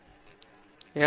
பார்க்கவும்